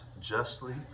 justly